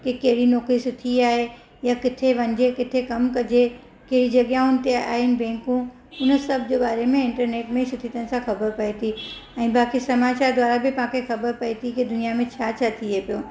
की कहिड़ी नौकिरी सुठी आहे या किथे वञिजे किथे कमु कजे कहिड़ी जॻहियुनि ते आहिनि बैंकू उन सभु जे बारे में इंटरनेट में सुठी तरह सां ख़बर पए थी ऐं बाक़ी समाचार द्वारा बि तव्हांखे ख़बर पए थी की दुनियां में छा छा थिए पियो